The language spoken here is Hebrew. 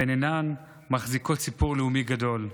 והן אינן מחזיקות סיפור לאומי גדול.